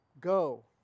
Go